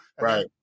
Right